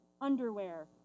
underwear